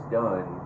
done